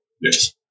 Yes